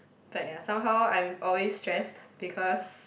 fact ah somehow I'm always stress because